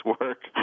work